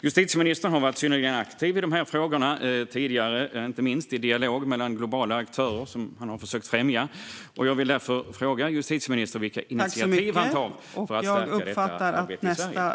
Justitieministern har varit synnerligen aktiv i de här frågorna tidigare, inte minst i dialogen mellan globala aktörer, vilken han har försökt främja. Jag vill därför fråga justitieministern vilka initiativ har tar för att stärka detta arbete i Sverige.